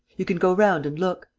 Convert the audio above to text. you can go round and look.